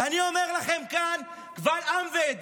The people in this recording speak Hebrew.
ואני אומר לכם כאן קבל עם ועדה: